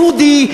יהודי,